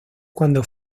cuando